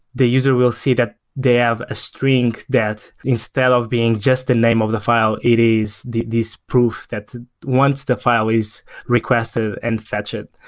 the user will see that they have a string that instead of being just the name of the file, it is this proof that once the file is requested and fetch it,